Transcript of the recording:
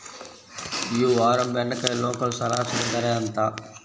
ఈ వారం బెండకాయ లోకల్ సరాసరి ధర ఎంత?